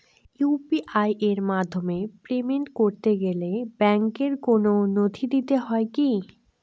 UPI এর মাধ্যমে payment করতে গেলে ব্যাংকের কোন নথি দিতে হয় কি?